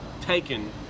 taken